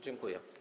Dziękuję.